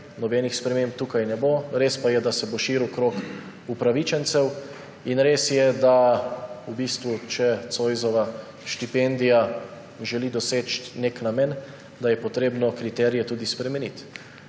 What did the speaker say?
nobenih sprememb tukaj ne bo, res pa je, da se bo širil krog upravičencev, in res je, da če Zoisova štipendija želi doseči nek namen, je potrebno kriterije tudi spremeniti.